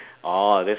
orh that's